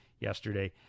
Yesterday